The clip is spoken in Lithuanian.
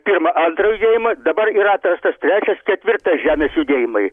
pirmą antrą judėjimą dabar yra atrastas trečias ketvirtas žemės judėjimai